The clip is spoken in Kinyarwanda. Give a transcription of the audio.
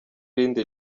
rindi